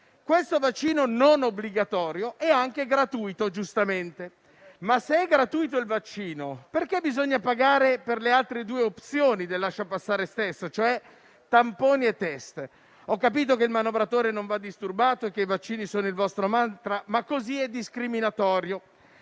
Il vaccino non obbligatorio è giustamente anche gratuito, ma se è gratuito il vaccino perché bisogna pagare per le altre due opzioni del lasciapassare stesso (tamponi e *test*)? Ho capito che il manovratore non va disturbato e che i vaccini sono il vostro mantra, ma così è discriminatorio.